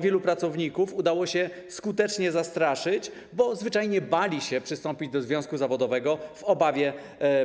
Wielu pracowników udało się skutecznie zastraszyć, bo zwyczajnie bali się przystąpić do związku zawodowego w obawie